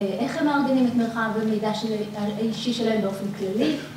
איך הם מארגנים את מרחב הלמידה האישי שלהם באופן כללי?